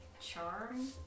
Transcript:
charm